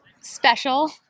special